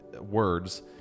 Words